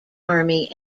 army